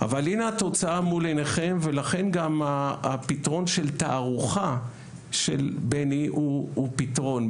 אבל הנה התוצאה מולי ולכן גם הפתרון של תערוכה של בני הוא פתרון,